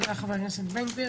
תודה לחבר הכנסת בן גביר.